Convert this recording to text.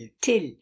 till